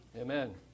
Amen